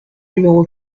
numéro